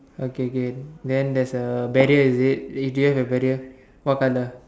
okay okay then there's a barrier is it uh do you have a barrier what color